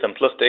simplistic